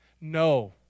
No